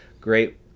great